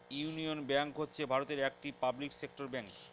union bank হচ্ছে ভারতের একটি পাবলিক সেক্টর ব্যাঙ্ক